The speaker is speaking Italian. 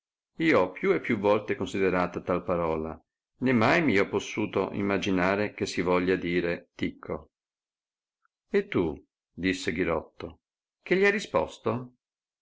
io ho più e più volte considerata tal parola né mai mi ho possuto imaginare che si voglia dire ticco e tu disse ghirotto che gli hai risposto